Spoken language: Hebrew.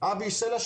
אבי סלע,